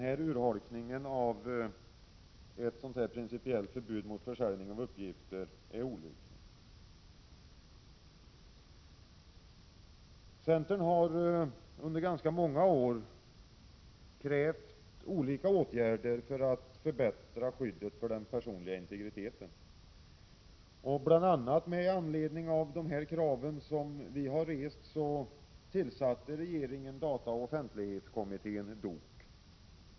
Denna urholkning av ett sådant principiellt förbud mot försäljning av uppgifter är olycklig. Centern har under ganska många år krävt olika åtgärder för att förbättra skyddet för den personliga integriteten. Bl. a. med anledning av de krav som vi har rest tillsatte regeringen dataoch offentlighetskommittén, DOK.